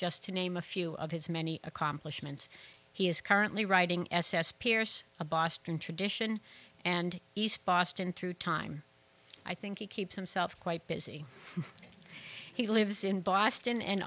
just to name a few of his many accomplishments he is currently writing s s pierce a boston tradition and east boston through time i think he keeps himself quite busy he lives in boston and